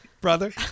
brother